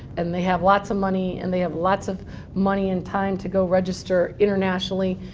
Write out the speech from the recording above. and they have lots of money. and they have lots of money and time to go register internationally.